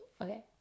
okay